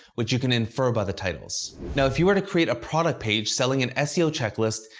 which you can infer by the titles. now, if you were to create a product page selling an seo checklist,